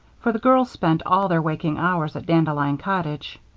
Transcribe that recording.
for the girls spent all their waking hours at dandelion cottage.